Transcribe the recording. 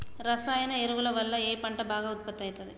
రసాయన ఎరువుల వల్ల ఏ పంట బాగా ఉత్పత్తి అయితది?